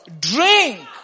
Drink